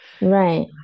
Right